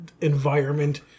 environment